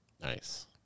Nice